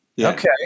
Okay